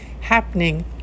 happening